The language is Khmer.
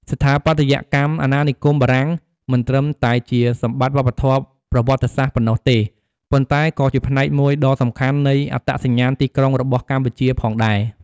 ស្ថាបត្យកម្មអាណានិគមបារាំងមិនត្រឹមតែជាសម្បត្តិវប្បធម៌ប្រវត្តិសាស្ត្រប៉ុណ្ណោះទេ ប៉ុន្តែក៏ជាផ្នែកមួយដ៏សំខាន់នៃអត្តសញ្ញាណទីក្រុងរបស់កម្ពុជាផងដែរ។